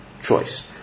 choice